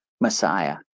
Messiah